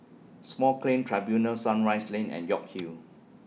Small Claims Tribunals Sunrise Lane and York Hill